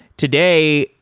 today,